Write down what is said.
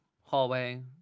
hallway